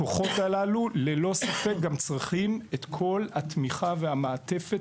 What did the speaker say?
הכוחות הללו צרכים את כל התמיכה והמעטפת,